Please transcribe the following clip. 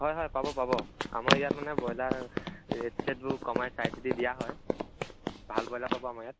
হয় হয় পাব পাব আমাৰ ইয়াত মানে ব্ৰইলাৰ ৰেট চেটবোৰ কমাই চাই চিতি দিয়া হয় ভাল ব্ৰইলাৰ পাব আমাৰ ইয়াত